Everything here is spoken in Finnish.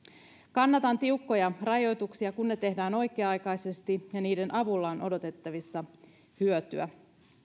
kannatan tiukkoja rajoituksia kun ne tehdään oikea aikaisesti ja niiden avulla on odotettavissa hyötyä